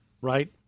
right